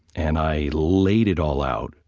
and i laid it all out,